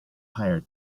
higher